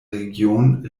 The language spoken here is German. region